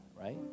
right